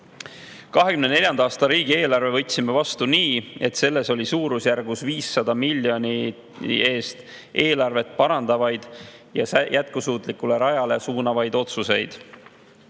2024. aasta riigieelarve võtsime vastu nii, et selles oli suurusjärgus 500 miljoni ulatuses eelarvet parandavaid ja jätkusuutlikule rajale suunavaid otsuseid.